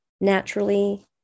naturally